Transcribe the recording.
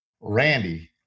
Randy